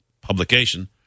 publication